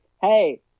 hey